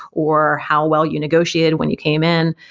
or how well you negotiated when you came in.